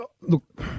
Look